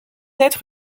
être